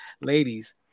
ladies